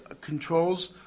controls